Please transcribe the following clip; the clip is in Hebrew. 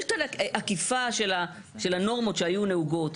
יש עקיפה של הנורמות שהיו נהוגות,